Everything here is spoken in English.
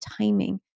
timing